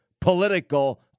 political